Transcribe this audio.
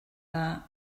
dda